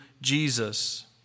Jesus